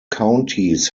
counties